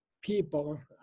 people